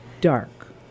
Dark